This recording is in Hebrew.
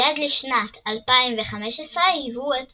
שעד לשנת 2015 היוו את